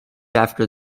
after